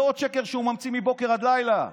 זה עוד שקר שהוא ממציא מבוקר עד לילה,